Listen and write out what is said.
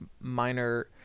minor